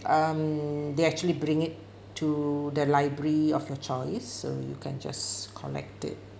um they actually bring it to the library of your choice so you can just collect it